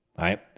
right